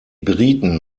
briten